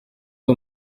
uwo